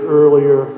earlier